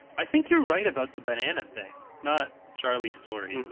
i think you're right about the banana thing not charlie's story.